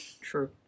True